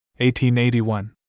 1881